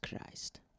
Christ